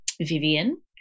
Vivian